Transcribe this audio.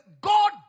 God